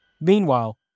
Meanwhile